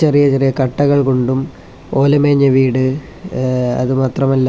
ചെറിയ ചെറിയ കട്ടകൾ കൊണ്ടും ഓലമേഞ്ഞ വീട് അത് മാത്രമല്ല